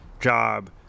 job